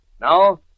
Now